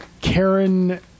Karen